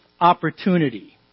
opportunity